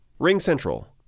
RingCentral